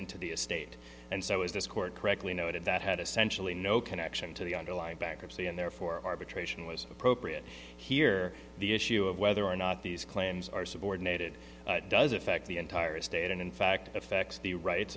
into the estate and so is this court correctly noted that had essentially no connection to the underlying bankruptcy and therefore arbitration was appropriate here the issue of whether or not these claims are subordinated does affect the entire estate and in fact affects the rights